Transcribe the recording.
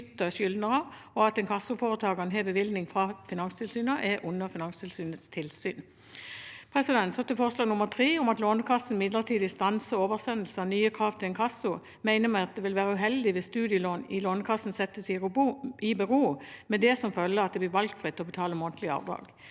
og at inkassoforetakene har bevilgning fra Finanstilsynet og er under Finanstilsynets tilsyn. Til forslag nr. 3, om at Lånekassen midlertidig stanser oversendelse av nye krav til inkasso, mener vi at det vil være uheldig hvis studielån i Lånekassen settes i bero med det som følge at det blir valgfritt å betale månedlige avdrag.